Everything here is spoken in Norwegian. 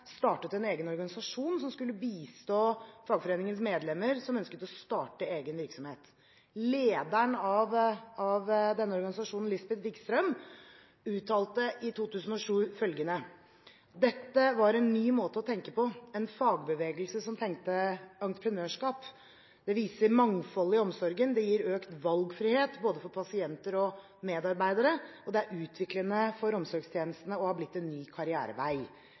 startet en egen organisasjon som skulle bistå fagforeningens medlemmer som ønsket å starte egen virksomhet. Lederen av denne organisasjonen, Lisbeth Wigström, uttalte i 2007 følgende: «Dette var en ny måte å tenke på: En fagbevegelse som tenkte entreprenørskap.» Videre: «Det viser mangfoldet i omsorgen, gir økt valgfrihet – både for pasienter og medarbeidere. Det er både utviklende for omsorgstjenestene og har blitt en ny karrierevei.»